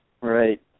Right